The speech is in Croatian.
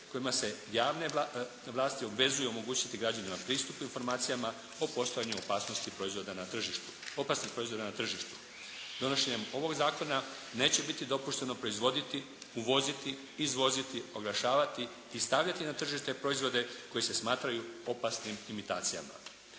kojima se javne vlasti obvezuju omogućiti građanima pristup informacijama o postojanju opasnosti proizvoda na tržištu, opasnih proizvoda na tržištu. Donošenjem ovog Zakona neće biti dopušteno proizvoditi, uvoziti, izvoziti, oglašavati i stavljati na tržište proizvode koji se smatraju opasnim imitacijama.